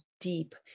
deep